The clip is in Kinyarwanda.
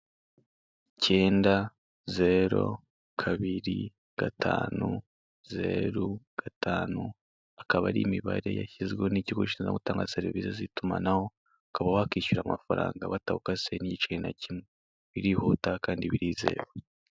Ikenda zeru kabiri gatantu zeru gatanu akaba ari umibare yashyizweho n'ikigo gishinzwe gutanga serivise z'itumanaho ukaba wakwishyura amafaranga batagukase n'igiceri na kimwe birihuta kandi birizewe.